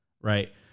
Right